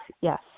yes